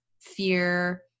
fear